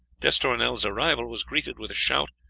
d'estournel's arrival was greeted with a shout,